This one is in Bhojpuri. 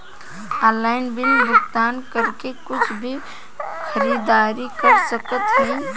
ऑनलाइन बिल भुगतान करके कुछ भी खरीदारी कर सकत हई का?